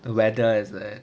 the weather is it